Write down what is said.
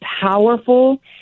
powerful